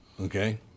okay